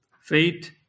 Faith